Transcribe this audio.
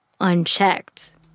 unchecked